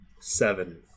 Seven